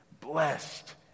blessed